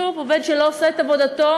שוב, עובד שלא עושה את עבודתו,